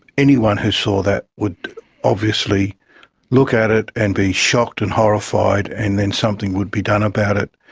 anyone who saw that would obviously look at it and be shocked and horrified and then something would be done about it.